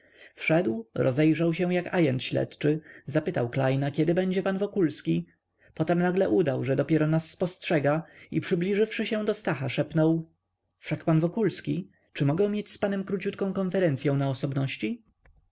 wszedł rozejrzał się jak ajent śledczy zapytał klejna kiedy będzie pan wokulski potem nagle udał że dopiero nas spostrzega i przybliżywszy się do stacha szepnął wszak pan wokulski czy mogę mieć z panem króciutką konferencyą na osobności